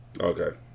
okay